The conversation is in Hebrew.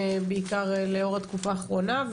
בעיקר לאור התקופה האחרונה,